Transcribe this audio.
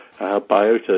biota